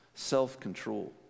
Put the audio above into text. self-control